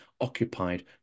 occupied